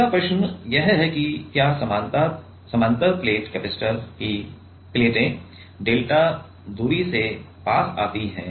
अगला प्रश्न यह है कि क्या समानांतर प्लेट कपैसिटर की प्लेटें डेल्टा दूरी से पास आती हैं